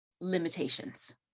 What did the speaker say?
limitations